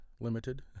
limited